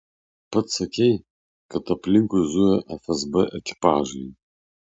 pats sakei kad aplinkui zuja fsb ekipažai